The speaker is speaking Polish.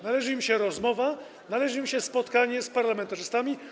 Należy im się rozmowa, należy im się spotkanie z parlamentarzystami.